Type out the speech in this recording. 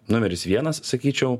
numeris vienas sakyčiau